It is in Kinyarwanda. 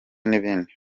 n’ibindi